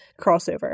crossover